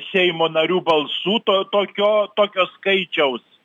seimo narių balsų to tokio tokio skaičiaus